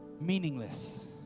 meaningless